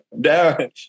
down